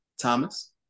thomas